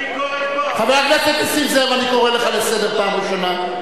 חבר הכנסת חסון, אני קורא לך לסדר פעם ראשונה.